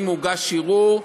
אם הוגש ערעור,